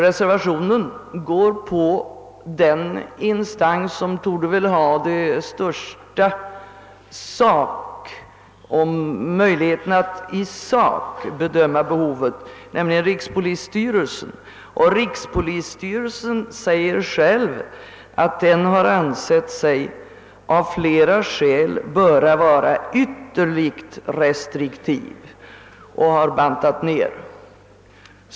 Reservationen innebär en anslutning till förslag av den instans som torde ha de största möjligheterna att i sak bedöma behoven, nämligen rikspolisstyrelsen. Denna styrelse säger själv att den har ansett sig av flera skäl böra vara ytterligt restriktiv och har bantat ner.